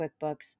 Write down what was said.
QuickBooks